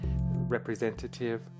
representative